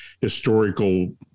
historical